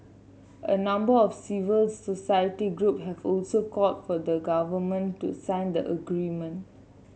a number of civil society group have also called for the government to sign the agreement